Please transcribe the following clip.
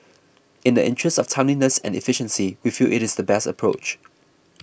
in the interest of timeliness and efficiency we feel it is the best approach